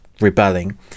rebelling